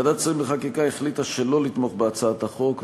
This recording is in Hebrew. ועדת השרים לחקיקה החליטה שלא לתמוך בהצעת החוק,